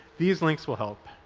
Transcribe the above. these links will help.